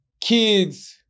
kids